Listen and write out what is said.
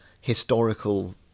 historical